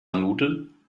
nudeln